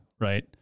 right